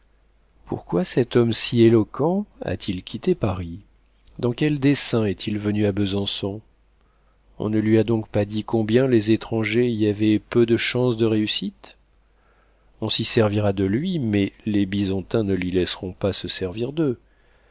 pourquoi cet homme si éloquent a-t-il quitté paris dans quel dessein est-il venu à besançon on ne lui a donc pas dit combien les étrangers y avaient peu de chance de réussite on s'y servira de lui mais les bisontins ne l'y laisseront pas se servir d'eux